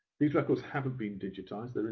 these records haven't been digitised,